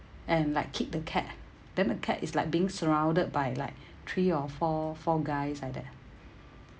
and like kick the cat then the cat is like being surrounded by like three or four four guys like that